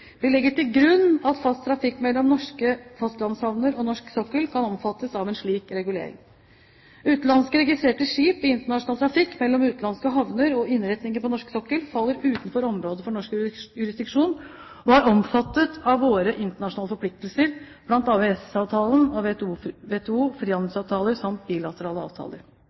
Vi legger til grunn at fast trafikk mellom norske fastlandshavner og norsk sokkel kan omfattes av en slik regulering. Utenlandsk registrerte skip i internasjonal trafikk mellom utenlandske havner og innretninger på norsk sokkel faller utenfor området for norsk jurisdiksjon og er omfattet av våre internasjonale forpliktelser, bl.a. EØS-avtalen, WTO, frihandelsavtaler samt bilaterale avtaler.